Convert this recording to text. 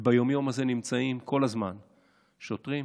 וביום-יום הזה נמצאים כל הזמן שוטרים,